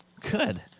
Good